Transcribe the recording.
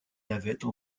navettes